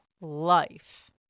life